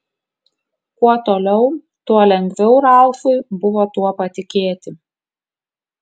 kuo toliau tuo lengviau ralfui buvo tuo patikėti